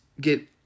get